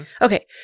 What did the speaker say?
okay